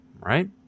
Right